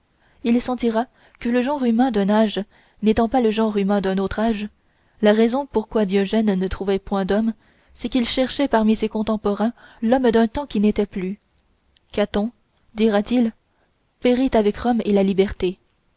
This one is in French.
il sentira que le genre humain d'un âge n'étant pas le genre humain d'un autre âge la raison pour quoi diogène ne trouvait point d'homme c'est qu'il cherchait parmi ses contemporains l'homme d'un temps qui n'était plus caton dira-t-il périt avec rome et la liberté